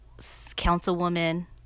councilwoman